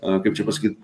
a kaip čia pasakyt